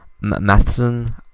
Matheson